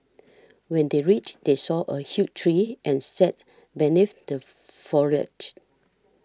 when they reached they saw a huge tree and sat beneath the foliage